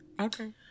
Okay